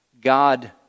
God